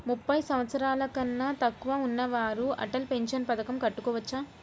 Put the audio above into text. ముప్పై సంవత్సరాలకన్నా తక్కువ ఉన్నవారు అటల్ పెన్షన్ పథకం కట్టుకోవచ్చా?